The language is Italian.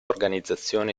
organizzazione